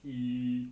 he